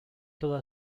toda